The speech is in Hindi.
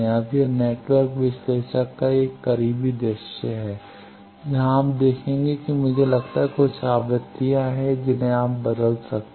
अब यह नेटवर्क विश्लेषक का एक करीबी दृश्य है जहां आप देखेंगे कि मुझे लगता है कि कुछ आवृत्तियों हैं जिन्हें आप बदल सकते हैं